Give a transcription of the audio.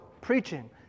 preaching